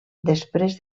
després